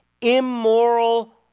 immoral